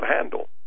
handle